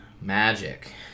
magic